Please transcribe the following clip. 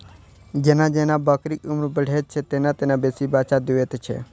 जेना जेना बकरीक उम्र बढ़ैत छै, तेना तेना बेसी बच्चा दैत छै